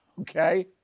Okay